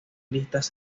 listas